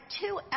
two